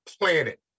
planet